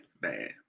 bad